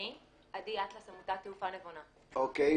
אני מפחד מהעתק-הדבק הזה בתוך התהליך,